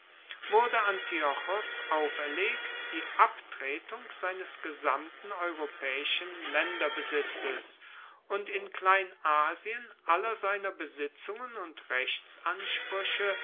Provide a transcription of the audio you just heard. wurde antiochos auferlegt die abtretung seines gesamten europaeischen laenderbesitzes und in kleinasien aller seiner besitzungen und rechtsansprueche